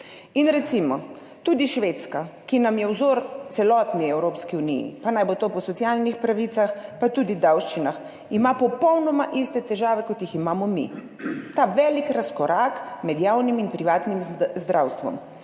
In recimo, tudi Švedska, ki nam je vzor, celotni Evropski uniji, pa naj bo to po socialnih pravicah pa tudi davščinah, ima popolnoma iste težave, kot jih imamo mi – ta velik razkorak med javnim in privatnim zdravstvom